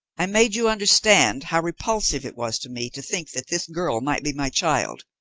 i made you understand how repulsive it was to me to think that this girl might be my child,